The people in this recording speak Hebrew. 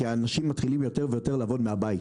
כי אנשים מתחילים לעבוד יותר ויותר מהבית.